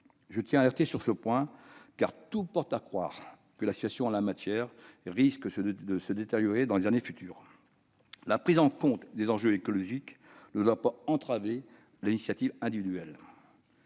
Je tiens à alerter l'opinion sur ce point, car tout porte à croire que la situation en la matière risque de se détériorer dans les prochaines années. La prise en compte des enjeux écologiques ne doit pas entraver les initiatives individuelles.